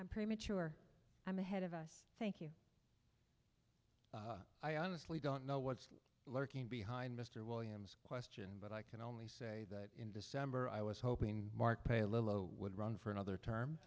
i'm premature i'm ahead of us thank you i honestly don't know what's lurking behind mr williams question but only say that in december i was hoping mark pay a little oh would run for another term